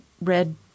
Red